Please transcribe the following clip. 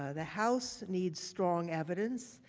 ah the house needs strong evidence,